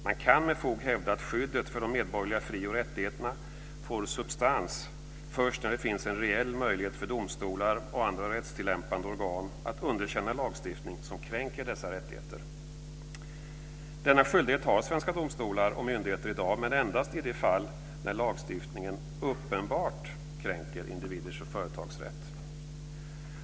Man kan med fog hävda att skyddet för de medborgerliga fri och rättigheterna får substans först när det finns en reell möjlighet för domstolar och andra rättstillämpade organ att underkänna lagstiftning som kränker dessa rättigheter. Denna skyldighet har svenska domstolar och myndigheter i dag, men endast i de fall där lagstiftningen uppenbart kränker individers och företags rätt.